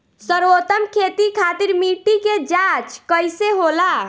सर्वोत्तम खेती खातिर मिट्टी के जाँच कइसे होला?